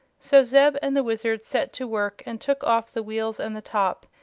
so zeb and the wizard set to work and took off the wheels and the top,